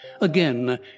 Again